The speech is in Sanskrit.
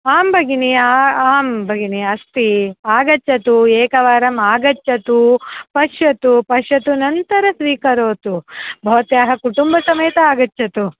आं भगिनि आं भगिनि अस्ति आगच्छतु एकवारम् आगच्छतु पश्यतु पश्यतु अनन्तर स्वीकरोतु भवत्याः कुटुम्बसमेतम् आगच्छतु